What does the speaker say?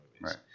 Right